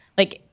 like,